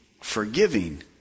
forgiving